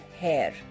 hair